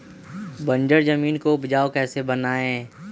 बंजर जमीन को उपजाऊ कैसे बनाय?